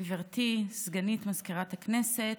גברתי סגנית מזכירת הכנסת,